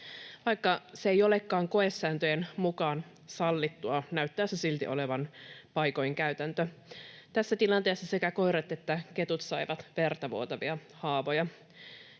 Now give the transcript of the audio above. Vaikka se ei olekaan koesääntöjen mukaan sallittua, näyttää se silti olevan paikoin käytäntö. Tässä tilanteessa sekä koirat että ketut saivat verta vuotavia haavoja.